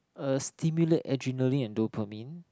uh stimulate adrenaline and dopamine